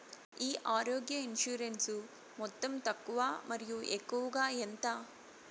ఈ ఆరోగ్య ఇన్సూరెన్సు మొత్తం తక్కువ మరియు ఎక్కువగా ఎంత?